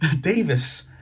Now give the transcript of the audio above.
Davis